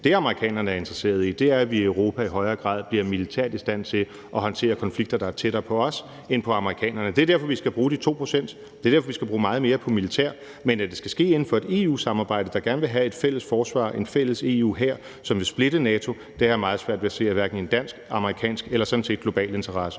Det, amerikanerne er interesserede i, er, at vi i Europa i højere grad militært bliver i stand til at håndtere konflikter, der er tættere på os end på amerikanerne. Det er derfor, at vi skal bruge de 2 pct. af bnp. Det er derfor, at vi skal bruge meget mere på militæret. Men at det skal ske inden for et EU-samarbejde, der gerne vil have et fælles forsvar og en fælles EU-hær, som vil splitte NATO, har jeg meget svært ved at se er i en dansk, amerikansk eller sådan set global interesse.